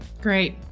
Great